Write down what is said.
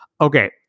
Okay